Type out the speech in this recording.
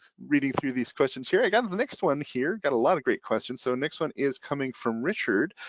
reading through these questions here, i got the next one here got a lot of great questions. so next one is coming from richard,